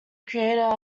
create